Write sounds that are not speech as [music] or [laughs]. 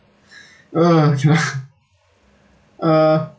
uh cannot [laughs] uh